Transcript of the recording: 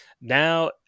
Now